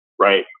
right